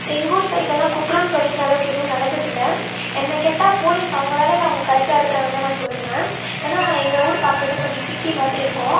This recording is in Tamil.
எங்கள் ஊர் சைட்லெலாம் குற்றன்னு சொல்லிக்கிற அளவுக்கு எதுவும் நடந்ததில்லை என்ன கேட்டால் போலீஸ் அவங்க வேலையில் அவங்க கரெக்டாக இருக்கிறாங்கந்தான் நான் சொல்லுவேன் ஏன்னால் எங்கள் ஊர் பார்க்கறதுக்கு கொஞ்சம் சிட்டி மாதிரி இருக்கும்